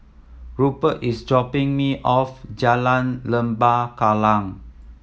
Rupert is dropping me off Jalan Lembah Kallang